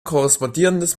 korrespondierendes